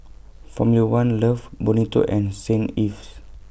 Formula one Love Bonito and Saint Ives